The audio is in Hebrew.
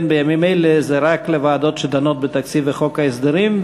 בימים אלה הם רק לוועדות שדנות בתקציב ובחוק ההסדרים,